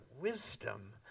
wisdom